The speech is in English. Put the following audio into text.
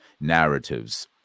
narratives